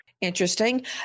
Interesting